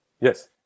Yes